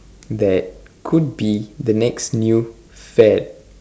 that could be the next new fad